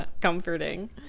Comforting